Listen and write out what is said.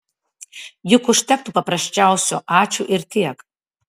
juk užtektų paprasčiausio ačiū ir tiek